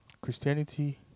Christianity